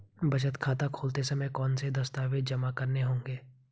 बचत खाता खोलते समय कौनसे दस्तावेज़ जमा करने होंगे?